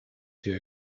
too